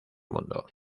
mundo